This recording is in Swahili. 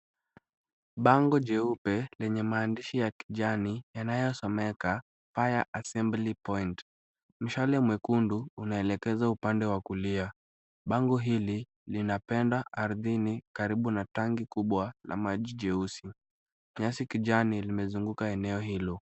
Bango jeupe lenye maandishi ya kijani yanayosomeka Fire Assembly Point . Mshale mwekundu unaelekezwa upande wa kulia. Bango hili linapanda ardhini karibu na tanki kubwa la maji jeusi. Nyasi kijani limezunguka eneo hilo.